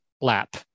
lap